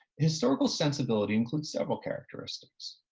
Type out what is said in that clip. historical sensibility includes several characteristics.